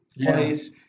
place